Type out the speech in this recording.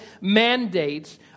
mandates